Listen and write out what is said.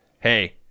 Hey